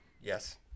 Yes